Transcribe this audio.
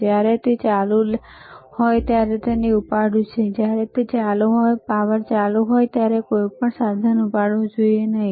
જ્યારે તે ચાલુ હોય ત્યારે મેં તેને ઉપાડ્યું છે જ્યારે તે ચાલુ હોય જ્યારે પાવર ચાલુ હોય ત્યારે તમારે કોઈપણ સાધન ઉપાડવું જોઈએ નહીં